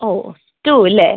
ഓ ഓ ടു അല്ലേ